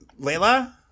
Layla